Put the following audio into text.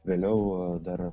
vėliau dar